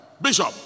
Bishop